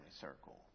circle